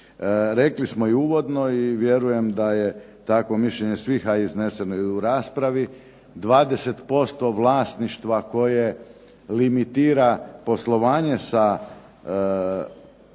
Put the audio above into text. Rekli smo i uvodno i vjerujem da je takvo mišljenje svih, a izneseno je i u raspravi. 20% vlasništva koje limitira poslovanje sa tijelima